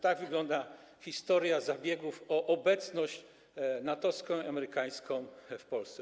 Tak wygląda historia zabiegów o obecność NATO-wską i amerykańską w Polsce.